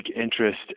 interest